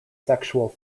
sexual